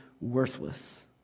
worthless